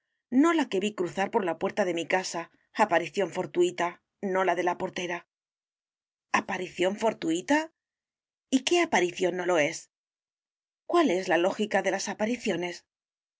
no la que vi cruzar por la puerta de mi casa aparición fortuita no la de la portera aparición fortuita y qué aparición no lo es cuál es la lógica de las apariciones